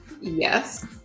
yes